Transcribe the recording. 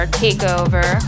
takeover